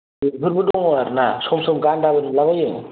बेफोरबो दङ आरोना सम सम गान्दाबो नुला बायो